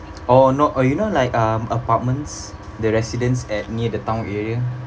or not or you know like um apartments the residents at near the town area